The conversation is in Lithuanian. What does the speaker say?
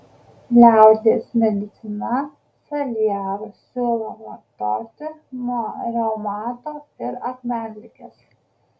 liaudies medicina salierus siūlo vartoti nuo reumato ir akmenligės